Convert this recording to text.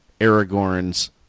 Aragorn's